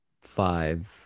Five